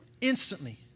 Instantly